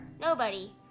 nobody